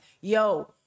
yo